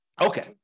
Okay